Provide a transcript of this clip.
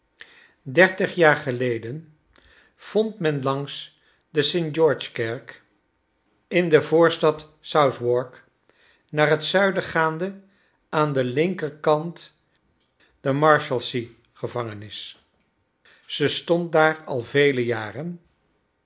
dertig jaar geleden vond men langs de st george kerk in de voorstad southwark naar hot zuiden gaande aan de linkerhand de marshalsea gevangenis ze stond daar al vele jaren